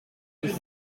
nose